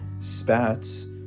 spats